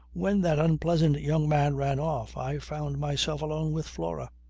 when that unpleasant young man ran off, i found myself alone with flora.